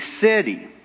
city